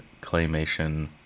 claymation